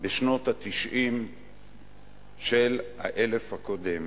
בשנות ה-90 של המאה הקודמת.